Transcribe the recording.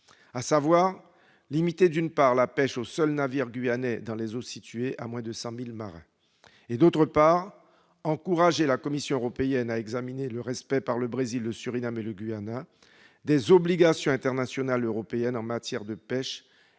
à savoir, d'une part, limiter la pêche aux seuls navires guyanais dans les eaux situées à moins de 100 milles marins et, d'autre part, encourager la Commission européenne à examiner le respect par le Brésil, le Surinam et le Guyana des obligations internationales et européennes en matière de pêche,